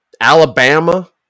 Alabama